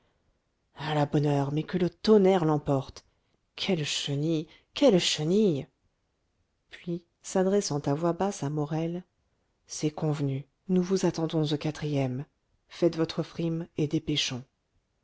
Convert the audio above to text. à la bonne heure mais que le tonnerre l'emporte quelle chenille quelle chenille puis s'adressant à voix basse à morel c'est convenu nous vous attendons au quatrième faites votre frime et dépêchons